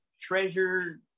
treasure